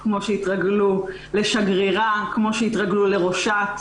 ל"שגרירה" ול"ראשת".